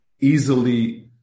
easily